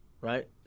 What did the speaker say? right